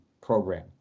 program